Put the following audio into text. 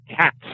cats